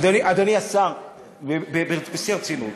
אדוני השר, בשיא הרצינות.